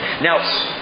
Now